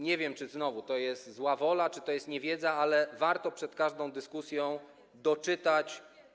Nie wiem, czy znowu to jest zła wola, czy to jest niewiedza, ale warto przed każdą dyskusją doczytać.